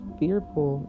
fearful